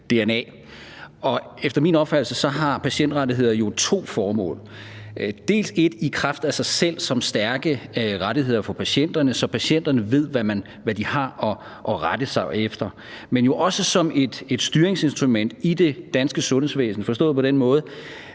dna. Efter min opfattelse har patientrettigheder jo to formål. Dels et formål i kraft af sig selv som stærke rettigheder for patienterne, så patienterne ved, hvad de har at rette sig efter, dels også som et styringsinstrument i det danske sundhedsvæsen forstået på den måde,